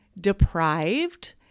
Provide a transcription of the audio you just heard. deprived